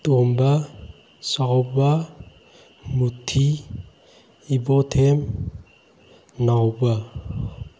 ꯇꯣꯝꯕ ꯆꯥꯎꯕ ꯃꯨꯊꯤ ꯏꯕꯣꯊꯦꯝ ꯅꯥꯎꯕ